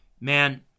Man